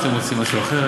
או שאתם רוצים משהו אחר,